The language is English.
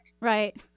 Right